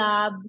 Lab